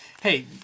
Hey